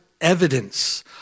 evidence